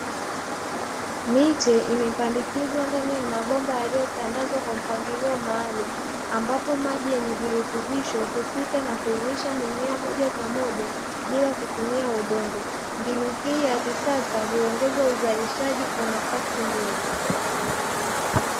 Miche imepandikizwa ndani ya mabomba yaliyotandazwa kwa pangilio maalumu, ambapo maji yenye virutubisho hupita na kuilisha mimea moja kwa moja bila kutumia udongo, mbinu hii ya kisasa huongeza uzalishaji kwa nafasi ndogo.